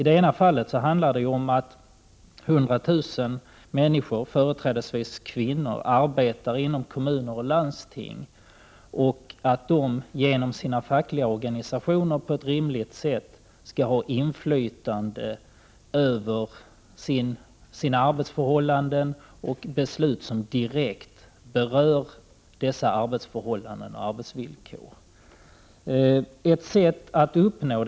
Den första demokratitypen berör de 100 000 anställda, företrädesvis kvinnor, som arbetar inom kommuner och landsting och som genom sina fackliga organisationer på ett rimligt sätt skall ha inflytande över sina arbetsförhållanden och över beslut som direkt berör deras arbetsförhållanden och arbetsvillkor.